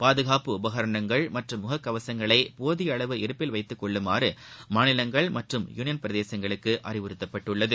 பாதுகாப்பு உபகரணங்கள் மற்றம் முகக் கவசங்களை போதிய அளவு இருப்பில் வைத்துக்கொள்ளுமாறு மாநிலங்கள் மற்றும் யூனியன் பிரதேசங்களுக்கு அறிவுறுத்தப்பட்டுள்ளது